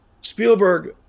Spielberg